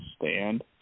stand